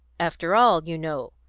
after all, you know,